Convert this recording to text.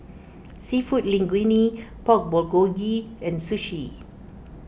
Seafood Linguine Pork Bulgogi and Sushi